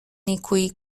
نیکویی